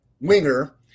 Winger